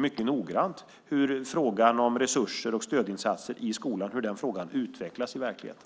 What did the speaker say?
mycket noggrant följa hur frågan om resurser och stödinsatser i skolan utvecklas i verkligheten.